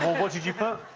what did you put?